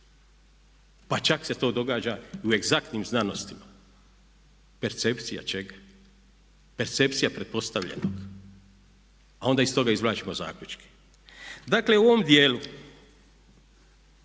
pa čak se to događa u egzaktnim znanostima. Percepcija čega? Percepcija pretpostavljanja, a onda iz toga izvlačimo zaključke. Dakle u ovom djelu